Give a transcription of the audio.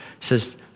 says